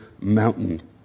mountain